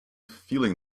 feeling